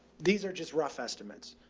these are just rough estimates.